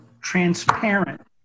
transparent